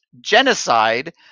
genocide